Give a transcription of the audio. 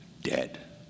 dead